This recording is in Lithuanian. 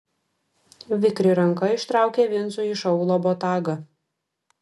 vikri ranka ištraukė vincui iš aulo botagą